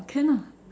can ah